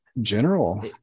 general